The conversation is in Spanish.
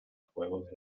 juegos